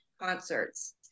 concerts